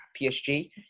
PSG